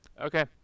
Okay